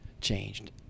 changed